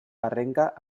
arrenca